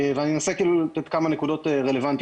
ואני אנסה לתת כמה נקודות רלוונטיות.